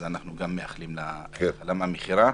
אז אנחנו מאחלים גם לה החלמה מהירה.